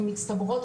הם מצטברות,